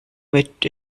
mit